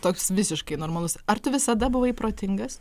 toks visiškai normalus ar tu visada buvai protingas